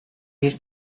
bir